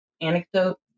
anecdote